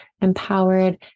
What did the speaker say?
empowered